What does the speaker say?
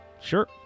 Sure